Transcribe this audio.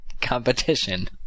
competition